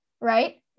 right